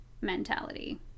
mentality